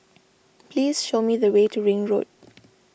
please show me the way to Ring Road